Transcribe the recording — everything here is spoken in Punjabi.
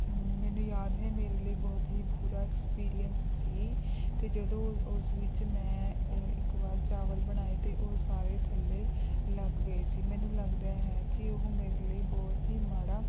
ਮੈਨੂੰ ਯਾਦ ਹੈ ਮੇਰੇ ਲਈ ਬਹੁਤ ਹੀ ਬੁਰਾ ਐਕਸਪੀਰੀਐਂਸ ਸੀ ਅਤੇ ਜਦੋਂ ਓਹ ਓਸ ਵਿੱਚ ਮੈਂ ਇੱਕ ਵਾਰ ਚਾਵਲ ਬਣਾਏ ਅਤੇ ਉਹ ਸਾਰੇ ਥੱਲੇ ਲੱਗ ਗਏ ਸੀ ਮੈਨੂੰ ਲੱਗਦਾ ਹੈ ਕਿ ਉਹ ਮੇਰੇ ਲਈ ਬਹੁਤ ਹੀ ਮਾੜਾ